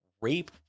rape